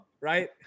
right